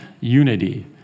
unity